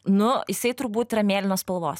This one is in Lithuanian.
nu jisai turbūt yra mėlynos spalvos